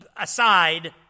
aside